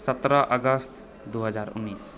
सत्रह अगस्त दू हजार उन्नैस